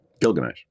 Gilgamesh